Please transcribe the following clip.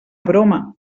broma